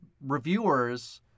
reviewers